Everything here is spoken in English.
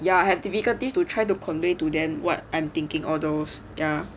ya have difficulties to try to convey to them what I'm thinking all those ya